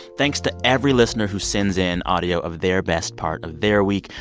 thanks to every listener who sends in audio of their best part of their week.